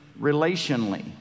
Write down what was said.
relationally